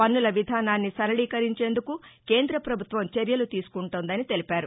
పన్నుల విధానాన్ని సరళీకరించేందుకు కేంద్ర ప్రభుత్వం చర్యలు తీసుకుంటోందన్నారు